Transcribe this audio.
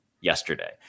yesterday